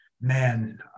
man